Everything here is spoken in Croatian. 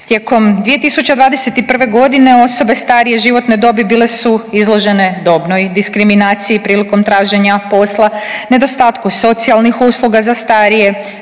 Tijekom 2021. godine osobe starije životne dobi bile su izložene dobnoj diskriminaciji prilikom traženja posla, nedostatku socijalnih usluga za starije, digitalizaciji